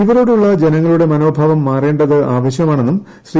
ഇവരോടുള്ള ജനങ്ങളുടെ മനോഭാവം മാറേണ്ടത് ആവശ്യമാണെന്നും ശ്രീ